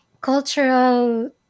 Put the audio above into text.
cultural